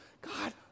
God